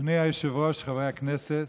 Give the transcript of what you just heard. אדוני היושב-ראש, חברי הכנסת,